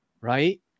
right